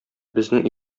безнең